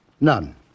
None